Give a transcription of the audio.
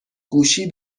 گوشی